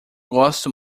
gosto